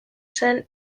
zen